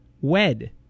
wed